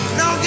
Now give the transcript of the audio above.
no